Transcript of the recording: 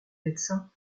médecins